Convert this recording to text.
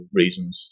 reasons